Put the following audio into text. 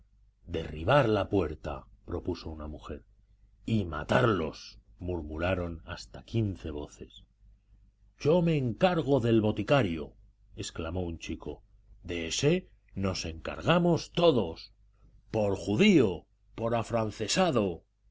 derribar la puerta propuso una mujer y matarlos murmuraron hasta quince voces yo me encargo del boticario exclamó un chico de ése nos encargamos todos por judío por afrancesado